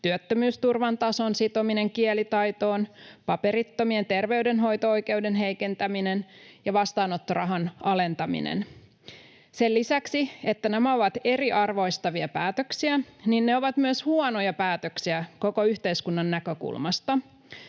työttömyysturvan tason sitominen kielitaitoon, paperittomien terveydenhoito-oikeuden heikentäminen ja vastaanottorahan alentaminen. Sen lisäksi, että nämä ovat eriarvoistavia päätöksiä, ne ovat myös huonoja päätöksiä koko yhteiskunnan näkökulmasta.